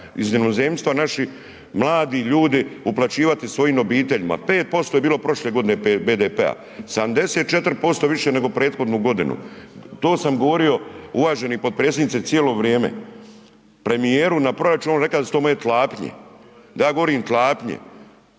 iz inozemstva naših mladi ljudi uplaćivati svojim obiteljima. 5% je bilo prošle godine BDP-a, 74% više nego prethodnu godinu, to sam govorio uvaženi potpredsjedniče cijelo vrijeme. Premijeru na proračunu on je reka da su to moje klapnje, da ja govorim klapnje,